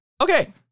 Okay